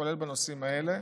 כולל בנושאים האלה,